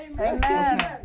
Amen